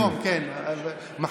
כן, היום.